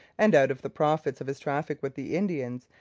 and, out of the profits of his traffic with the indians,